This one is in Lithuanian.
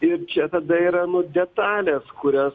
ir čia tada yra nu detalės kurias